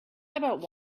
about